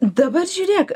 dabar žiūrėk